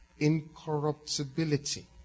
incorruptibility